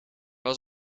was